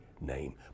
name